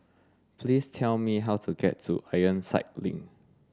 please tell me how to get to Ironside Link